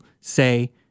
say